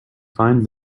find